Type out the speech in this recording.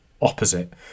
opposite